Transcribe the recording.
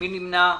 מי נמנע?